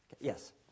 Yes